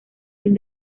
del